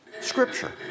Scripture